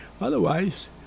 Otherwise